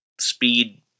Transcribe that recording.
speed